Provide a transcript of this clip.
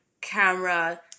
camera